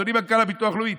אדוני מנכ"ל הביטוח הלאומי,